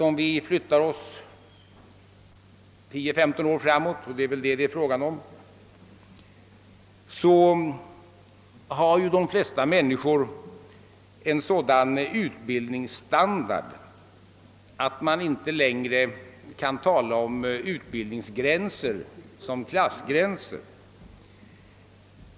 Om 10, 15 år kommer de flesta människor att ha en sådan utbildningsstandard att man inte längre kan tala om utbildningsgränser som <klassgränser.